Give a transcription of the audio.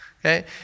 okay